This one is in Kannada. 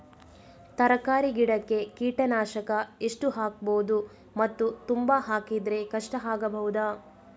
ತರಕಾರಿ ಗಿಡಕ್ಕೆ ಕೀಟನಾಶಕ ಎಷ್ಟು ಹಾಕ್ಬೋದು ಮತ್ತು ತುಂಬಾ ಹಾಕಿದ್ರೆ ಕಷ್ಟ ಆಗಬಹುದ?